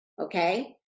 okay